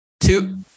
Two